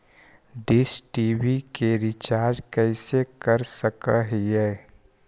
Dish TV के रिचार्ज कैसे कर सक हिय?